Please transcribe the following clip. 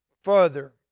further